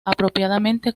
apropiadamente